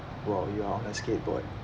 while you're on a skateboard